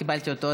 קיבלתי אותו,